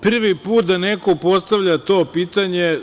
Prvi put da neko postavlja to pitanje.